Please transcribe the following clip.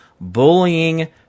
bullying